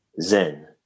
Zen